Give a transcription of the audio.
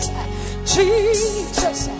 Jesus